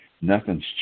nothing's